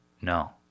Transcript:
No